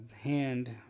hand